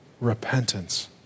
Repentance